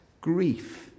grief